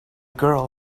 girl